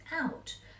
out